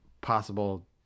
possible